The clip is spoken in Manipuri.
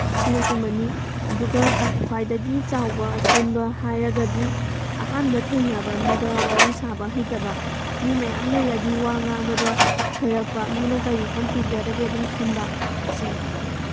ꯑꯁꯤꯅꯆꯤꯡꯕꯅꯤ ꯑꯗꯨꯒ ꯈ꯭ꯋꯥꯏꯗꯒꯤ ꯆꯥꯎꯕ ꯑꯁꯣꯟꯕ ꯍꯥꯏꯔꯒꯗꯤ ꯑꯍꯥꯟꯕ ꯊꯦꯡꯅꯕ ꯃꯤꯗ ꯋꯥꯔꯤ ꯁꯥꯕ ꯍꯩꯇꯕ ꯃꯤ ꯃꯌꯥꯝ ꯂꯩꯔꯛꯑꯗꯤ ꯋꯥ ꯉꯥꯡꯕꯗ ꯁꯣꯏꯔꯛꯄ ꯃꯤꯅ ꯀꯔꯤ ꯈꯟꯈꯤꯒꯗꯒꯦ ꯑꯗꯨꯝ ꯈꯟꯕ ꯑꯁꯤꯅꯤ